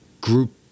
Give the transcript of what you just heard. group